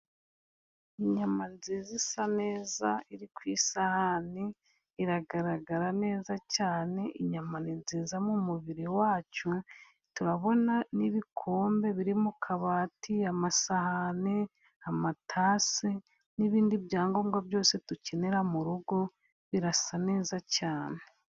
Inyama nziza, isa neza, iri ku isahani, iragaragara neza cyane, inyama ni nziza mu umubiri wacu, turabona n'ibikombe biri mu kabati, amasahani, amatasi n'ibindi byangombwa byose dukenera mu rugo, birasa neza cyane.